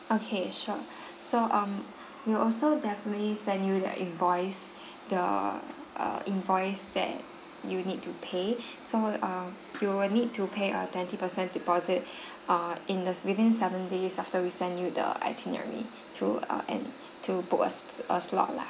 okay sure so um we'll also definitely send you the invoice the err invoice that you need to pay so uh you will need to pay a twenty percent deposit err in the within seven days after we sent you the itinerary through err and to book a sl~ a slot lah